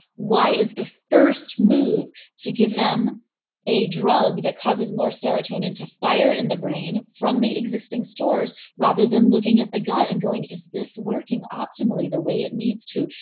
why is the first move to give them a drug that causes more serotonin to fire in the brain from the existing stores rather than looking at the gut and going is this working optimally the way it needs to?